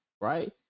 right